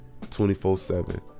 24-7